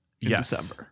Yes